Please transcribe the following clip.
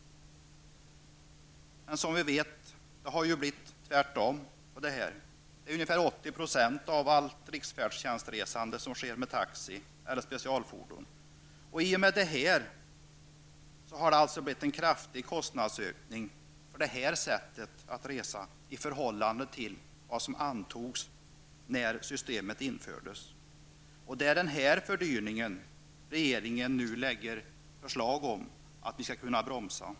Som vi vet har det blivit tvärtom. Ungefär 80 % av allt riksfärdtjänstresande sker med taxi eller specialfordon. Detta sätt att resa har alltså inneburit en kraftig kostnadsökning i förhållande till vad som antogs när systemet infördes. Det är den fördyringen som regeringen nu lägger förslag om att vi skall bromsa.